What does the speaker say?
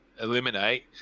eliminate